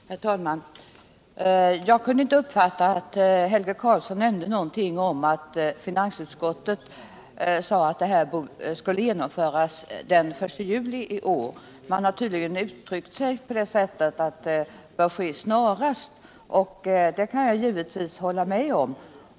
Herr talman! Jag kunde inte uppfatta av Helge Karlssons inlägg att finansutskottet skulle ha sagt att åtgärderna borde genomföras den 1 juli i år. Man har tydligen uttryckt sig på det sättet att det bör ske snarast, och det kan jag givetvis hålla med om.